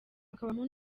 hakabamo